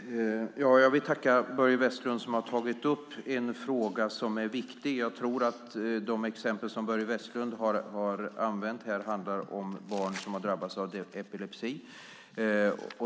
Fru talman! Jag vill tacka Börje Vestlund som tagit upp en viktig fråga. Jag tror att de exempel som Börje Vestlund gett handlar om barn som drabbats av epilepsi.